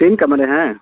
तीन कमरे हैं